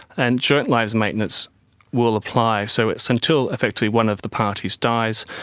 and joint lives maintenance will apply. so it's until effectively one of the parties dies.